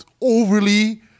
overly